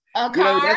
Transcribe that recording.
okay